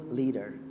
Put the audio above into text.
leader